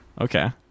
Okay